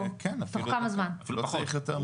כן, לא צריך יותר מזה.